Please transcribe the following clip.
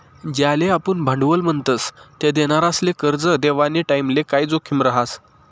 ज्याले आपुन भांडवल म्हणतस ते देनारासले करजं देवानी टाईमले काय जोखीम रहास